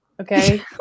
Okay